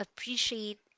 appreciate